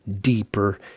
deeper